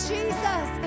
Jesus